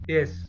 Yes